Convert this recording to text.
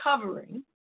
covering